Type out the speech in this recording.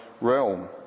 realm